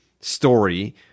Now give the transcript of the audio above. story